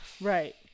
Right